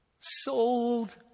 Sold